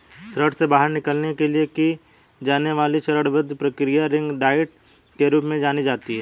ऋण से बाहर निकलने के लिए की जाने वाली चरणबद्ध प्रक्रिया रिंग डाइट के रूप में जानी जाती है